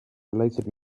related